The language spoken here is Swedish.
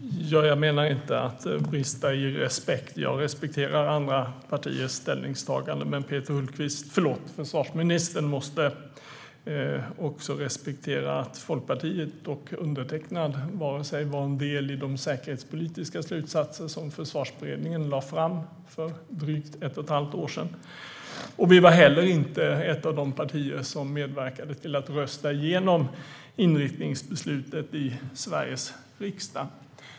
Herr talman! Jag menar inte att brista i respekt. Jag respekterar andra partiers ställningstaganden. Men försvarsministern måste också respektera att Folkpartiet och undertecknad inte var en del i de säkerhetspolitiska slutsatser som Försvarsberedningen lade fram för drygt ett och ett halvt år sedan. Vi var inte heller ett av de partier som medverkade till att rösta igenom inriktningsbeslutet i Sveriges riksdag.